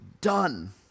done